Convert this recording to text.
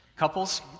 couples